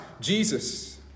Jesus